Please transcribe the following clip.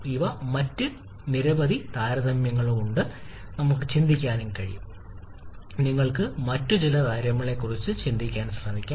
ഇവ മറ്റ് നിരവധി താരതമ്യങ്ങളാണ് ഞങ്ങൾക്ക് ചിന്തിക്കാനും കഴിയും നിങ്ങൾക്ക് മറ്റ് ചില താരതമ്യങ്ങളെക്കുറിച്ചും ചിന്തിക്കാൻ ശ്രമിക്കാം